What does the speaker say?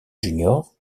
juniors